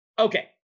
Okay